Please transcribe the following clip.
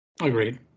Agreed